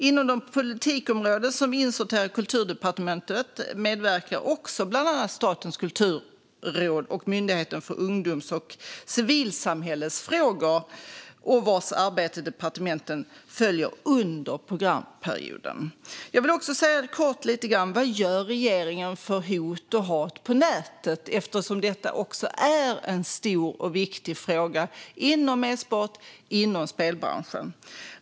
Inom de politikområden som finns under Kulturdepartementet medverkar också bland annat Statens kulturråd och Myndigheten för ungdoms och civilsamhällesfrågor, vars arbete departementet följer under programperioden. Jag vill också säga något kort om vad regeringen gör när det gäller hot och hat på nätet, eftersom detta också är en stor och viktig fråga inom e-sporten och spelbranschen.